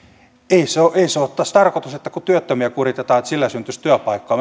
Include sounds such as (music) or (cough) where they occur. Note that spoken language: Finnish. ei se ole tässä tarkoitus että kun työttömiä kuritetaan niin sillä syntyisi työpaikkoja (unintelligible)